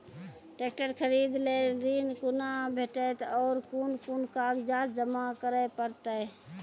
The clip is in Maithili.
ट्रैक्टर खरीदै लेल ऋण कुना भेंटते और कुन कुन कागजात जमा करै परतै?